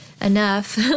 enough